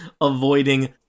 avoiding